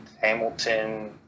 Hamilton